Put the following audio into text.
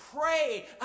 pray